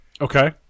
Okay